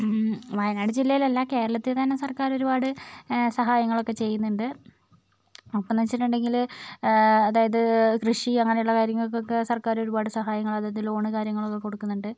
വയനാട് ജില്ലയിൽ അല്ല കേരളത്തിൽ തന്നെ സർക്കാർ ഒരുപാട് സഹായങ്ങൾ ഒക്കെ ചെയ്യുന്നുണ്ട് അപ്പോഴെന്ന് വെച്ചിട്ടുണ്ടെങ്കിൽ അതായത് കൃഷി അങ്ങനെയുള്ള കാര്യങ്ങൾകൊക്കെ സർക്കാർ ഒരുപാട് സഹായങ്ങൾ ഒക്കെ ലോണ് കാര്യങ്ങൾ ഒക്കെ കൊടുക്കുന്നുണ്ട്